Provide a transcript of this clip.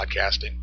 podcasting